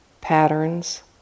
patterns